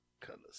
colors